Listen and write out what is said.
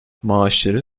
maaşları